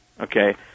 okay